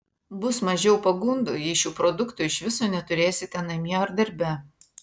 bus mažiau pagundų jei šių produktų iš viso neturėsite namie ar darbe